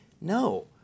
No